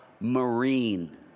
Marine